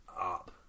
up